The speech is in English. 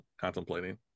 contemplating